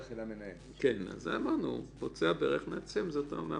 אני מניח שלא רק אנחנו מדברים איתם על הנושאים האלה,